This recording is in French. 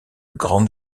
grandes